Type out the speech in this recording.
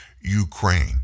Ukraine